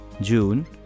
June